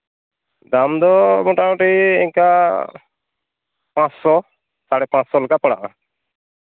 ᱫᱟᱢ ᱫᱚ ᱢᱳᱴᱟᱢᱩᱴᱤ ᱚᱱᱠᱟ ᱯᱟᱸᱥᱥᱚ ᱥᱟᱬᱮ ᱯᱟᱸᱥᱥᱳ ᱞᱮᱠᱟ ᱯᱟᱲᱟᱜ ᱼᱟ